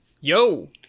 Yo